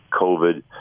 COVID